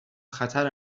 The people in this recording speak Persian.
خطر